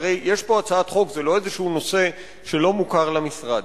כי יש פה הצעת חוק ולא נושא שלא מוכר למשרד,